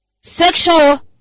sexual